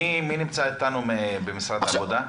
מי נמצא אתנו ממשרד העבודה?